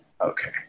Okay